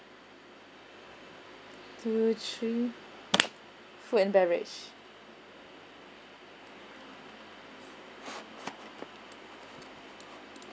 two three food and beverage